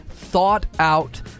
thought-out